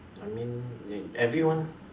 I mean everyone